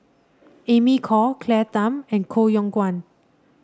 Amy Khor Claire Tham and Koh Yong Guan